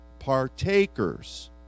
partakers